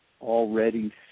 already